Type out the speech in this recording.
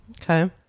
Okay